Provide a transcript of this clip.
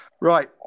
Right